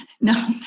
No